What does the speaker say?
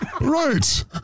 Right